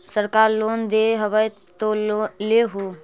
सरकार लोन दे हबै तो ले हो?